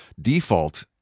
Default